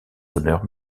honneurs